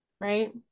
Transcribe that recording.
Right